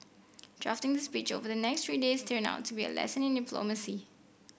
drafting the speech over the next three days turned out to be a lesson in diplomacy